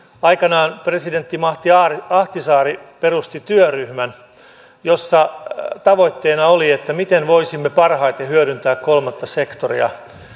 aikanaan presidentti martti ahtisaari perusti työryhmän jossa tavoitteena oli selvittää miten voisimme parhaiten hyödyntää kolmatta sektoria